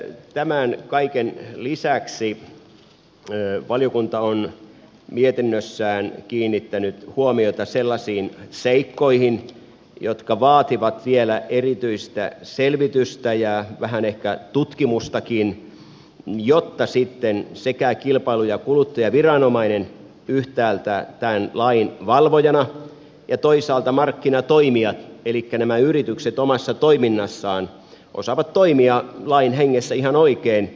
tämän kaiken lisäksi valiokunta on mietinnössään kiinnittänyt huomiota sellaisiin seikkoihin jotka vaativat vielä erityistä selvitystä ja vähän ehkä tutkimustakin jotta sitten sekä kilpailu ja kuluttajaviranomainen yhtäältä tämän lain valvojana että toisaalta markkinatoimijat elikkä nämä yritykset omassa toiminnassaan osaavat toimia lain hengessä ihan oikein